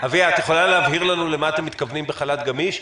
את יכולה להבהיר לנו למה אתם מתכוונים בחל"ת גמיש?